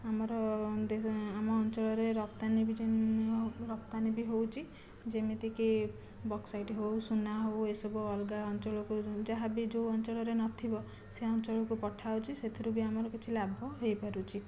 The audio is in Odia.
ଆମର ଆମ ଅଞ୍ଚଳରେ ରପ୍ତାନି ବି ରପ୍ତାନି ବି ହେଉଛି ଯେମିତିକି ବକ୍ସାଇଟ୍ ହେଉ ସୁନା ହେଉ ଏ ସବୁ ଅଲଗା ଅଞ୍ଚଳକୁ ଯାହା ବି ଯେଉଁ ଅଞ୍ଚଳରେ ନଥିବ ସେ ଅଞ୍ଚଳକୁ ପଠା ହେଉଛି ସେଥିରୁ ବି ଆମର କିଛି ଲାଭ ହୋଇପାରୁଛି